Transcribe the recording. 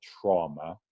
trauma